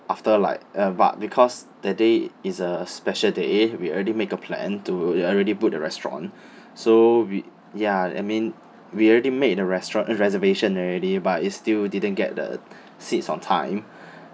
after like uh but because that day is a special day we already make a plan to we already book the restaurant so we ya I mean we already made the restaurant reservation already but it's still didn't get the seats on time